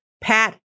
Pat